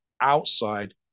outside